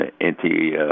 anti